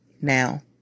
now